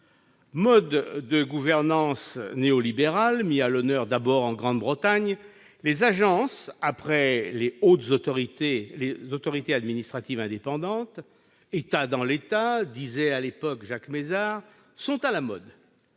Mode de gouvernance néolibérale mis à l'honneur d'abord en. Grande-Bretagne, les agences, après les autorités administratives indépendantes- « États dans l'État », disait à l'époque Jacques Mézard -, sont à la mode.